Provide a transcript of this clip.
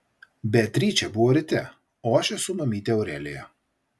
beatričė buvo ryte o aš esu mamytė aurelija